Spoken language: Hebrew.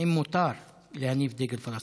2. האם מותר להניף דגל פלסטין?